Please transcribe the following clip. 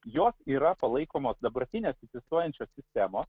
jos yra palaikomos dabartinės egzistuojančios sistemos